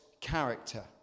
character